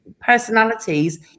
personalities